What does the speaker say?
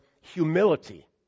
humility